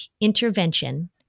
intervention